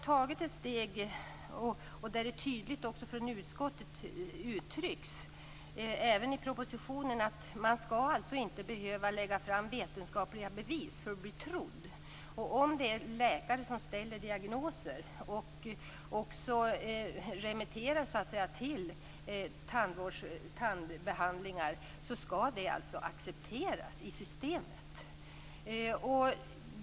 Det uttrycks tydligt från utskottet, och även i propositionen, att man inte skall behöva lägga fram vetenskapliga bevis för att bli trodd. Om läkare ställer diagnoser och remitterar människor till tandbehandlingar skall det accepteras i systemet.